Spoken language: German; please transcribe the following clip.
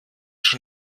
schon